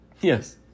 Yes